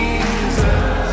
Jesus